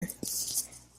lives